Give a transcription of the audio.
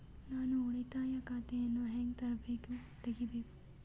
ನಾನು ಉಳಿತಾಯ ಖಾತೆಯನ್ನು ಹೆಂಗ್ ತಗಿಬೇಕು?